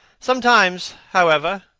sometimes, however,